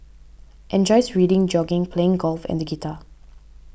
enjoys reading jogging playing golf and guitar